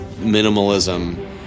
minimalism